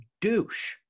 douche